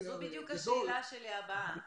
זו בדיוק השאלה הבאה שלי,